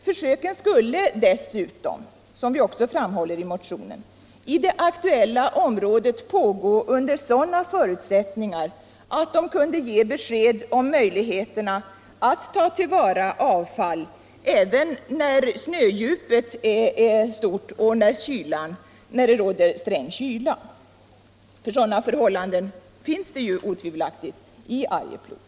Försöken skulle dessutom —- som vi också framhåller i motionen — i det aktuella området pågå under sådana förutsättningar att de kunde ge besked om möjligheterna att tillvarata avfall även vid stora snödjup och sträng kyla. Sådana förhållanden råder otvivelaktigt i Arjeplog.